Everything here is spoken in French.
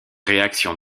réactions